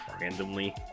randomly